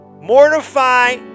Mortify